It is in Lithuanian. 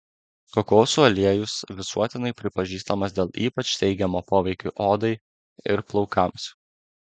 kokosų aliejus visuotinai pripažįstamas dėl ypač teigiamo poveikio odai ir plaukams